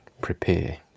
prepare